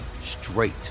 straight